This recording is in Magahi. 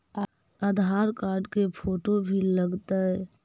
आधार कार्ड के फोटो भी लग तै?